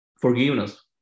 forgiveness